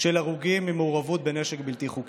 של הרוגים ממעורבות בנשק בלתי חוקי.